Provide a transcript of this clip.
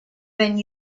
been